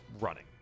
running